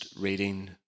reading